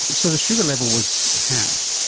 and so the sugar level was capped.